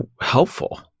helpful